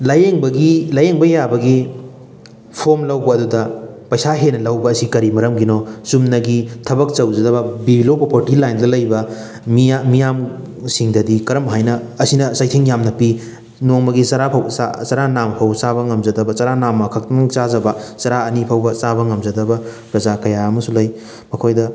ꯂꯥꯏꯌꯦꯡꯕꯒꯤ ꯂꯥꯏꯌꯦꯡꯕ ꯌꯥꯕꯒꯤ ꯐꯣꯔꯝ ꯂꯧꯕ ꯑꯗꯨꯗ ꯄꯩꯁꯥ ꯍꯦꯟꯅ ꯂꯧꯕ ꯑꯁꯤ ꯀꯔꯤ ꯃꯔꯝꯒꯤꯅꯣ ꯆꯨꯝꯅꯒꯤ ꯊꯕꯛ ꯇꯧꯖꯗꯕ ꯕꯤꯂꯣ ꯄ꯭ꯔꯣꯕꯔꯇꯤ ꯂꯥꯏꯟꯗ ꯂꯩꯕ ꯃꯤꯌꯥꯝ ꯃꯤꯌꯥꯝꯁꯤꯡꯗꯗꯤ ꯀꯔꯝ ꯍꯥꯏꯅ ꯑꯁꯤꯅ ꯆꯩꯊꯦꯡ ꯌꯥꯝꯅ ꯄꯤ ꯅꯣꯡꯃꯒꯤ ꯆꯔꯥ ꯐꯥꯎ ꯆꯔꯥ ꯅꯥꯝꯃ ꯐꯥꯎꯕ ꯉꯝꯖꯗꯕ ꯆꯔꯥ ꯅꯥꯝꯃꯈꯛꯇꯪ ꯆꯥꯖꯕ ꯆꯔꯥ ꯑꯅꯤ ꯐꯥꯎꯕ ꯆꯥꯕ ꯉꯝꯖꯗꯕ ꯄ꯭ꯔꯖꯥ ꯀꯌꯥ ꯑꯃꯁꯨ ꯂꯩ ꯃꯈꯣꯏꯗ